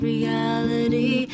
reality